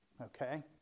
okay